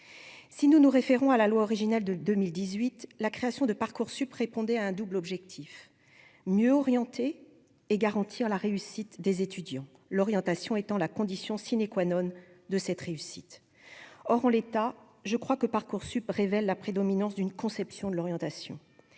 si nous nous référons à la loi originale de 2018 la création de Parcoursup répondait à un double objectif: mieux orienter et garantir la réussite des étudiants, l'orientation étant la condition sine qua none de cette réussite, or en l'état, je crois que Parcoursup révèlent la prédominance d'une conception de l'orientation,